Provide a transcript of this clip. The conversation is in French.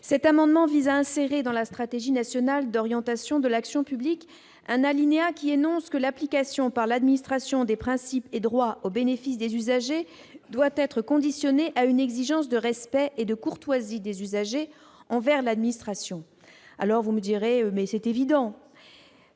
Cet amendement vise à insérer dans la stratégie nationale d'orientation de l'action publique un alinéa aux termes duquel « l'application par l'administration des principes et droits au bénéfice des usagers est conditionnée à une exigence de respect et de courtoisie des usagers envers l'administration. » Évident, me dira-ton, mais cela va